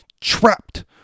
trapped